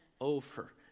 Over